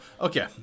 Okay